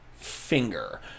finger